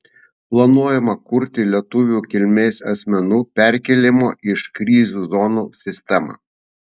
planuojama kurti lietuvių kilmės asmenų perkėlimo iš krizių zonų sistemą